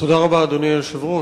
תודה רבה, אדוני היושב-ראש.